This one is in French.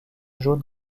jaune